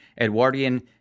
Edwardian